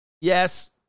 Yes